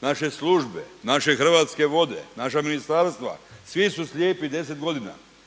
naše službe, naše Hrvatske vode, naša ministarstva svi su slijepi 10 godina,